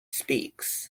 speaks